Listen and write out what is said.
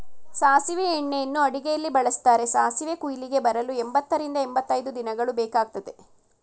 ಸಾಸಿವೆ ಎಣ್ಣೆಯನ್ನು ಅಡುಗೆಯಲ್ಲಿ ಬಳ್ಸತ್ತರೆ, ಸಾಸಿವೆ ಕುಯ್ಲಿಗೆ ಬರಲು ಎಂಬತ್ತರಿಂದ ಎಂಬತೈದು ದಿನಗಳು ಬೇಕಗ್ತದೆ